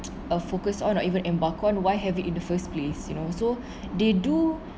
a focus on or even embark on why have it in the first place you know so they do